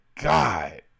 God